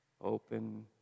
Open